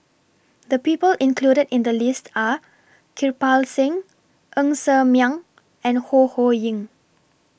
The People included in The list Are Kirpal Singh Ng Ser Miang and Ho Ho Ying